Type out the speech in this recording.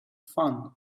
fun